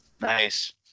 Nice